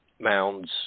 mounds